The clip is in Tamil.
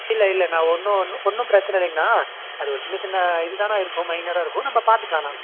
இல்லை இல்லைண்ணா ஒன்றும் ஒன்றும் ஒன்றும் பிரச்சின இல்லைங்கண்ணா அது ஒரு சின்ன சின்ன இதுதாங்ண்ணா இருக்கும் மைனராக இருக்கும் நம்ம பார்த்துக்குலாண்ணா